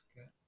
Okay